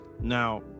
Now